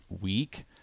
week